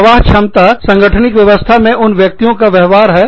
प्रवाह क्षमतासांगठनिक व्यवस्था में उन व्यक्तियों का व्यवहार है